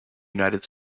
united